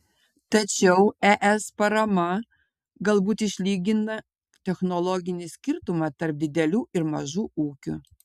tačiau es parama galbūt išlygina technologinį skirtumą tarp didelių ir mažų ūkių